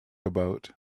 about